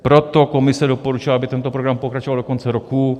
Proto komise doporučila, aby tento program pokračoval do konce roku.